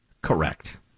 Correct